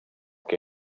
que